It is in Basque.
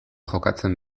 jokatzen